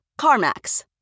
CarMax